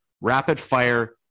rapid-fire